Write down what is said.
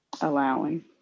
allowing